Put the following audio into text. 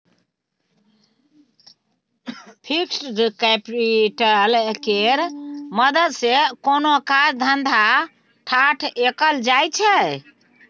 fixed capital केर मदद सँ कोनो काज धंधा ठाढ़ कएल जाइ छै